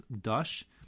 dash